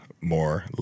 more